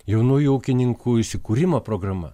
jaunųjų ūkininkų įsikūrimo programa